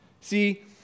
See